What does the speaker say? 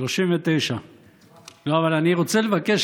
39. אבל אני רוצה לבקש,